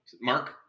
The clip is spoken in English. Mark